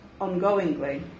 ongoingly